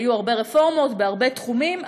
היו הרבה רפורמות בהרבה תחומים,